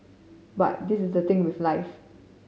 but this is the thing with life